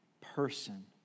person